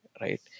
right